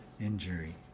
injury